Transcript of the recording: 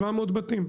700 בתים?